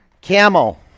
camel